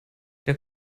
der